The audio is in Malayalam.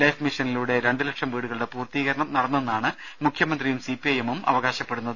ലൈഫ് മിഷനിലൂടെ രണ്ട് ലക്ഷം വീടുകളുടെ പൂർത്തീകരണം നടന്നെന്നാണ് മുഖ്യമന്ത്രിയും സി പി ഐ എമ്മും അവകാശപ്പെടുന്നത്